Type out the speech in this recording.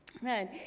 Amen